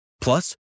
Plus